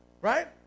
Right